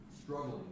struggling